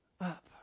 up